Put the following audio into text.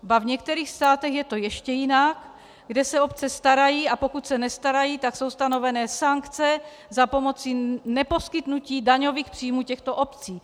V některých státech je to ještě jinak, kde se obce starají, a pokud se nestarají, tak jsou stanovené sankce za pomoci neposkytnutí daňových příjmů těmto obcí.